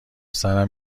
سرم